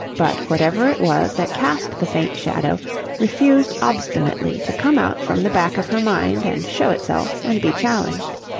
but whatever it was that cast the faint shadow refused obstinately to come out from the back of her mind and show itself and be challenged.